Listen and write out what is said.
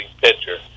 pitcher